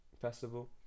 festival